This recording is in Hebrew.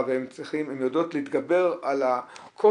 נשים שהתקבלו לעבודה בחברת ווסטרן דיגיטל חלקן,